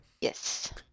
Yes